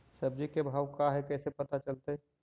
सब्जी के का भाव है कैसे पता चलतै?